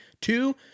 two